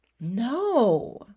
No